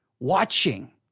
Watching